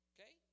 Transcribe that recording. Okay